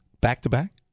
back-to-back